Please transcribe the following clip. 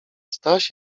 staś